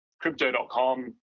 crypto.com